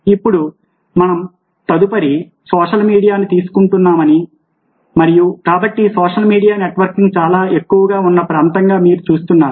ఇప్పుడు మనం తదుపరి సోషల్ మీడియాను తీసుకుంటున్నామని మరియు కాబట్టి సోషల్ మీడియా నెట్వర్కింగ్ చాలా ఎక్కువగా ఉన్న ప్రాంతంగా మీరు చూస్తున్నారు